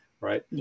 right